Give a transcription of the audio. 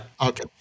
Okay